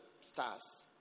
stars